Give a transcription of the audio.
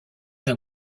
d’un